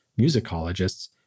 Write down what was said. musicologists